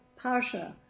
Parsha